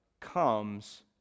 comes